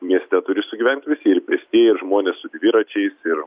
mieste turi sugyvent visi ir pėstieji ir žmonės su dviračiais ir